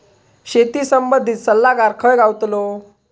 शेती संबंधित सल्लागार खय गावतलो?